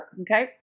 Okay